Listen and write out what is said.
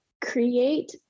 create